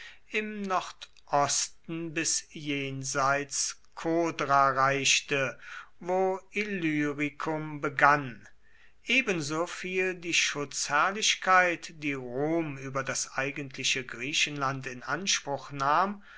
im nordosten bis jenseits skodra reichte wo illyricum begann ebenso fiel die schutzherrlichkeit die rom über das eigentliche griechenland in anspruch nahm